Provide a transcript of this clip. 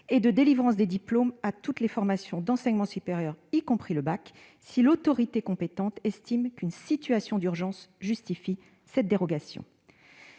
et de délivrance des diplômes ouvrant à toutes les formations d'enseignement supérieur, « y compris le bac », si l'autorité compétente estime qu'une « situation d'urgence » le justifie. Quant